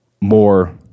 more